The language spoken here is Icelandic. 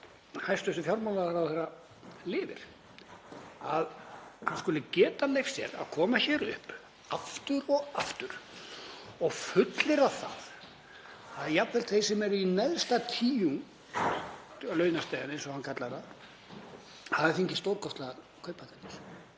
hæstv. fjármálaráðherra lifir, að hann skuli geta leyft sér að koma hér upp aftur og aftur og fullyrða það að jafnvel þeir sem eru í neðstu tíund launastigans, eins og hann kallar það, hafi fengið stórkostlegar kauphækkanir.